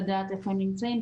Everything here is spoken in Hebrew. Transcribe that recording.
לדעת איפה הם נמצאים,